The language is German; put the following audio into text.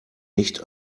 nicht